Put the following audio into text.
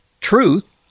Truth